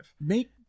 Make